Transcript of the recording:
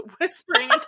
whispering